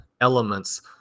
elements